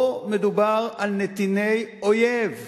פה מדובר על נתיני אויב,